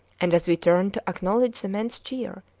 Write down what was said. and as we turned to acknowledge the men's cheer,